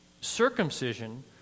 circumcision